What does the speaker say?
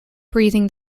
breathing